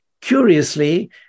curiously